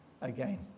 again